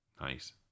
Nice